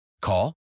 Call